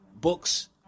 books